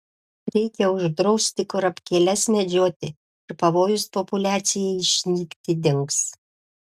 reikia uždrausti kurapkėles medžioti ir pavojus populiacijai išnykti dings